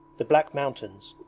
the black mountains,